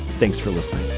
thanks for listening